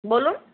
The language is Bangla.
বলুন